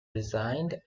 resigned